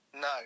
No